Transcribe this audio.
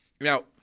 Now